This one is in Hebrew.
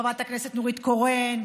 חברת הכנסת נורית קורן,